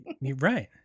Right